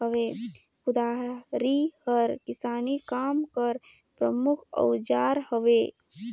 कुदारी हर किसानी काम कर परमुख अउजार हवे